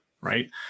right